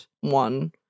one